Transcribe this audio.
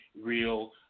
Real